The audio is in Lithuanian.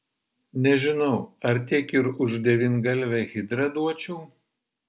nežinau ar tiek ir už devyngalvę hidrą duočiau